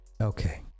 Okay